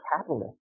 catalyst